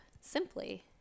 simply